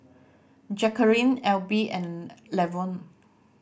Jacquelin Elby and Lavonne